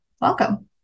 welcome